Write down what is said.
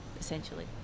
essentially